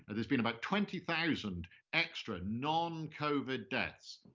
there's been about twenty thousand extra non-covid deaths,